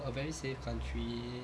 a very safe country